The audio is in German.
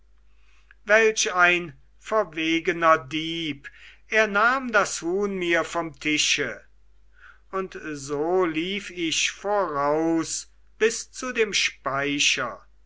welch ein verwegener dieb er nahm das huhn mir vom tische und so lief ich voraus bis zu dem speicher